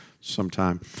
sometime